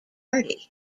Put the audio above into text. party